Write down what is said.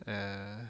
ah